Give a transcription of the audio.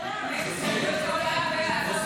גם יעקב, יו"ר הוועדה.